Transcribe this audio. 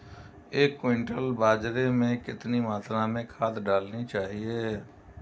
एक क्विंटल बाजरे में कितनी मात्रा में खाद डालनी चाहिए?